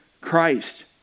Christ